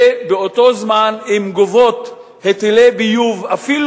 ובאותו זמן הם גובים היטלי ביוב אפילו